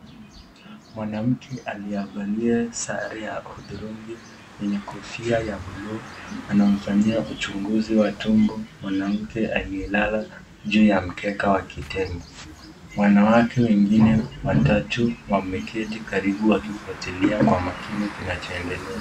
Mwanamke aliyevalia sare ya hudhurungi yenye kofia ya buluu anamfanyia uchunguzi wa tumbo mwanamke aliyelala juu ya mkeka wa kitenge. Wanawake wengine watatu wameketi karibu wakifuatilia kwa makini kinachoendelea.